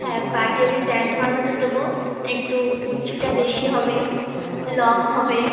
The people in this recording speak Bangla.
হ্যাঁ পাটিয়ালা প্যান্ট বানাতে দেবো একটু কুঁচিটা বেশি হবে লং হবে